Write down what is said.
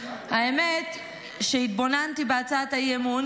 האמת שהתבוננתי בהצעת האי-אמון